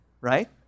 right